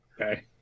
Okay